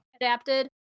adapted